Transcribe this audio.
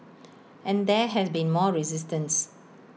and there has been more resistance